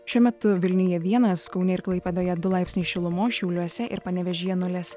šiuo metu vilniuje vienas kaune ir klaipėdoje du laipsniai šilumos šiauliuose ir panevėžyje nulis